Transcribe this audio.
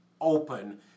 open